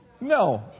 No